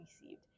received